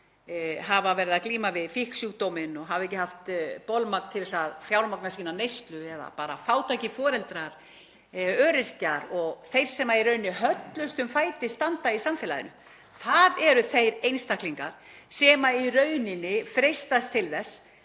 hafa verið að glíma við fíknisjúkdóm og hafa ekki haft bolmagn til að fjármagna sína neyslu eða bara fátækir foreldrar, öryrkjar og þeir sem höllustum fæti standa í samfélaginu –— það eru þeir einstaklingar sem í rauninni freistast til þess